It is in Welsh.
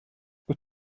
wyt